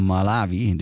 Malawi